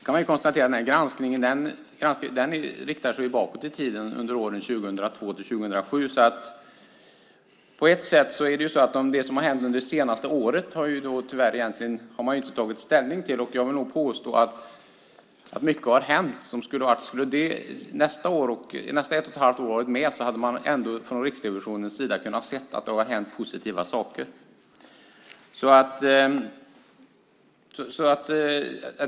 Man kan konstatera att granskningen riktar sig bakåt i tiden till åren 2002-2007. Det som hänt under det senaste året har man tyvärr inte tagit ställning till. Jag vill nog påstå att mycket har hänt, och om följande ett och ett halvt år hade varit med hade Riksrevisionen kunnat se att det hänt positiva saker.